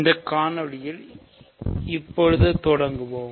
இந்தக் காணொளியை இப்பொழுது தொடங்குவோம்